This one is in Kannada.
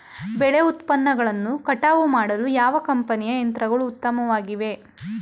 ಬೆಳೆ ಉತ್ಪನ್ನಗಳನ್ನು ಕಟಾವು ಮಾಡಲು ಯಾವ ಕಂಪನಿಯ ಯಂತ್ರಗಳು ಉತ್ತಮವಾಗಿವೆ?